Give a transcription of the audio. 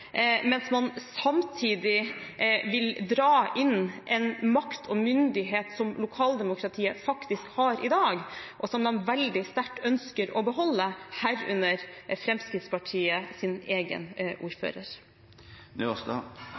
mens man samtidig vil dra inn makt og myndighet som lokaldemokratiet faktisk har i dag, og som de veldig sterkt ønsker å beholde, herunder Fremskrittspartiets egen ordfører?